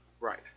Right